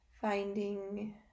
Finding